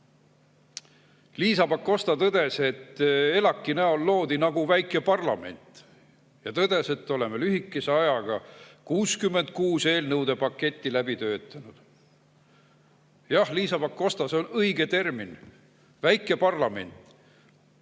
Pakosta tõdes, et ELAK‑i näol loodi nagu väike parlament ja et me oleme lühikese ajaga 66 eelnõude paketti läbi töötanud. Jah, Liisa Pakosta, see on õige termin, "väike parlament".